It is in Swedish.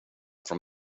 från